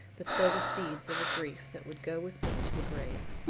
but sow the seeds of a grief that would go with me to the grave.